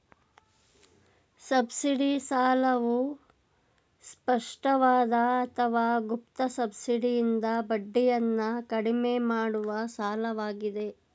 subsidy ಸಾಲವು ಸ್ಪಷ್ಟವಾದ ಅಥವಾ ಗುಪ್ತ ಸಬ್ಸಿಡಿಯಿಂದ ಬಡ್ಡಿಯನ್ನ ಕಡಿಮೆ ಮಾಡುವ ಸಾಲವಾಗಿದೆ